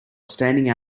standing